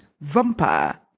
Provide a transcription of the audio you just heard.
vampire